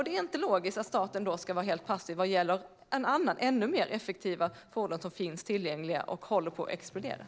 Det är då inte logiskt att staten ska vara helt passiv vad gäller ännu mer effektiva fordon som finns tillgängliga och håller på att explodera.